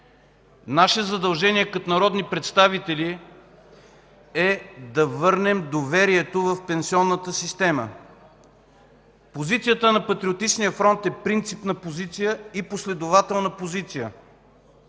Наше задължение като народни представители е да върнем доверието в пенсионната система. Позицията на Патриотичния фронт е принципна и последователна.